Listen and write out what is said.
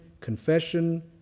confession